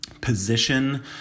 position